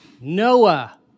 Noah